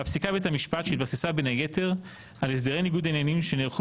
הפסיקה בבית המשפט שהתבססה בין היתר על הסדרי ניגוד עניינים שנערכו